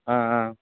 ஆ ஆ